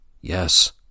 Yes